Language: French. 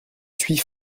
suis